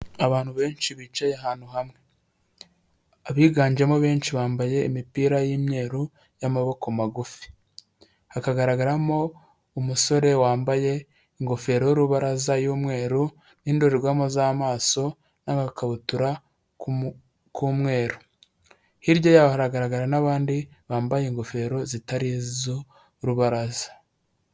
Abantu benshi bicaye ahantu hamwe abiganjemo benshi bambaye imipira y'imyeru y'amaboko magufi, hakagaragaramo umusore wambaye ingofero y'urubaraza y'umweru n'indorerwamo z'amaso n'agakabutura k'umweru, hirya yaho haragaragara n'abandi bambaye ingofero zitari iz'urubaraza.